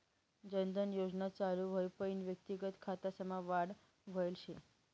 जन धन योजना चालू व्हवापईन व्यक्तिगत खातासमा वाढ व्हयल शे